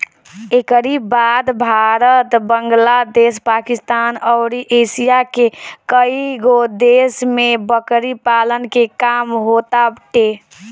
एकरी बाद भारत, बांग्लादेश, पाकिस्तान अउरी एशिया के कईगो देश में बकरी पालन के काम होताटे